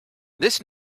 this